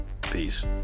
Peace